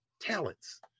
talents